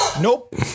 Nope